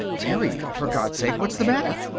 terry! for god's sake! what's the matter!